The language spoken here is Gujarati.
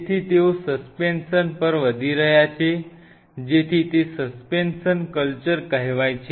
તેથી તેઓ સસ્પેન્શન પર વધી રહ્યા છે જેથી તે સસ્પેન્શન કલ્ચર કહેવાય છે